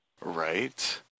Right